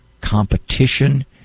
competition